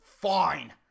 fine